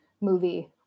movie